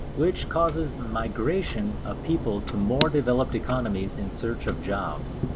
which causes migration of people to more developed economies in search of jobs.